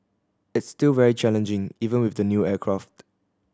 it's still very challenging even with the new aircraft